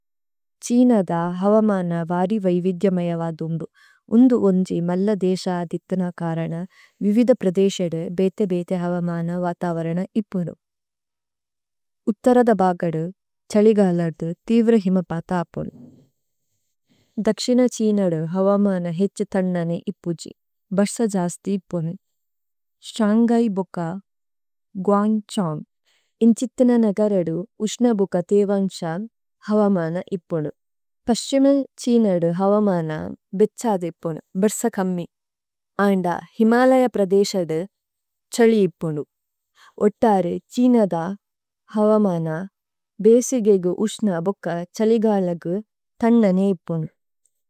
ഛ്ഹിനദ ഹവമന വരിവൈ വിദ്യമയവദുന്ദു, ഉന്ദു ഓന്ജി മല്ലദേശ അദിത്തന കരന, വിവിദ പ്രദേശദു ബ്ēതേ ബ്ēതേ ഹവമന വതവരന ഇപ്പുനു। ഉത്തരദ ബഗദു, ഛലിഗലദു, തേഇവ്രഹിമ പതപുനു। ദക്ശിന ഛ്ഹിനദു ഹവമന ഹേച്ഛിതന്നനേ ഇപ്പുജി, ബര്സ ജസ്തി ഇപ്പുനു। Śഅṅഗൈ ബുക, ഗുഅന്ഗ്ഛോന്ഗ്, ഇന്ഛിത്തിന നഗരദു ഉšന ബുക തേഇവṃśഅമ്, ഹവമന ഇപ്പുനു। പസ്ഛിമ ഛ്ഹിനദു ഹവമന ബേച്ഛദി ഇപ്പുനു, ബര്സ ഖമ്മി। ഓന്ദ ഹിമലയ പ്രദേശദു ഛലി ഇപ്പുനു। ഉത്തരി ഛ്ഹിനദ ഹവമന ബ്ēസിഗേഗു ഉšന ബുക ഛലിഗലഗു തന്നനേ ഇപ്പുനു।